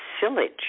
silage